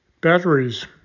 Batteries